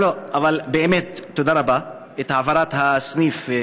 באמת, תודה רבה על העברת הסניף.